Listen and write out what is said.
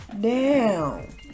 down